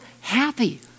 happy